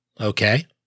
Okay